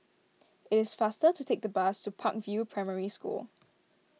it is faster to take the bus to Park View Primary School